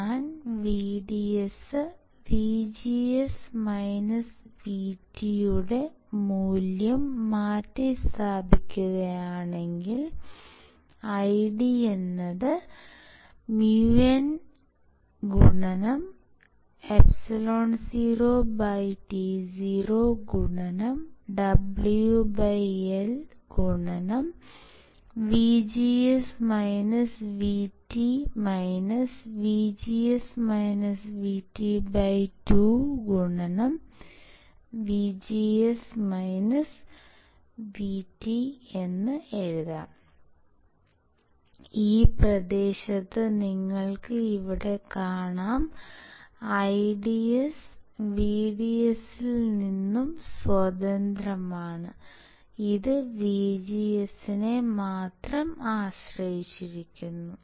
ഞാൻ VDS VGS VT യുടെ മൂല്യം മാറ്റിസ്ഥാപിക്കുകയാണെങ്കിൽ IDµnεotoWLVGS VT VGS VT 2 ഈ പ്രദേശത്ത് നിങ്ങൾക്ക് ഇവിടെ കാണാം IDS VDS ൽ നിന്ന് സ്വതന്ത്രമാണ് ഇത് VGS നെ മാത്രം ആശ്രയിച്ചിരിക്കുന്നു